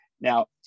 Now